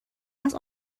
است